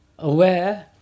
Aware